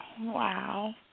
Wow